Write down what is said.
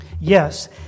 Yes